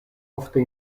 ofte